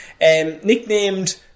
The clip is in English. Nicknamed